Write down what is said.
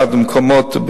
מקומות,